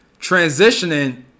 transitioning